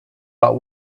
but